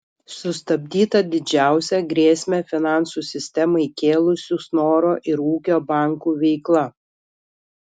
sustabdyta didžiausią grėsmę finansų sistemai kėlusių snoro ir ūkio bankų veikla